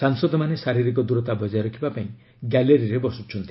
ସାଂସଦମାନେ ଶାରୀରିକ ଦୂରତା ବଜାୟ ରଖିବା ପାଇଁ ଗ୍ୟାଲେରିରେ ବସୁଛନ୍ତି